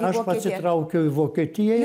aš pasitraukiau į vokietiją